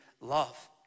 love